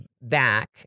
back